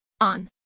on